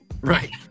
Right